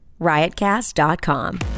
Riotcast.com